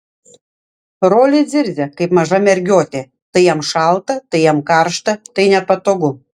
rolis zirzia kaip maža mergiotė tai jam šalta tai jam karšta tai nepatogu